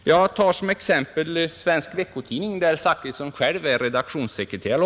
Jag tar såsom exempel Svensk Veckotidning, där herr Zachrisson själv är tjänstledig chefredaktör.